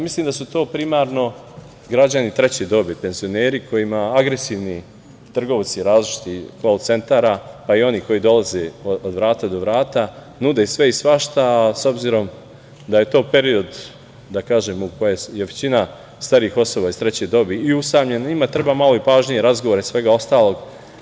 Mislim da su to primarno građani treće dobi, penzioneri, kojima agresivni trgovci različitih kol-centara, pa i oni koji dolaze od vrata do vrata, nude sve i svašta, a s obzirom da je to period u kojem je većina starijih osoba iz treće dobi i usamljena, njima treba malo i pažnje, razgovara i svega ostalog.